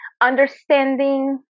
understanding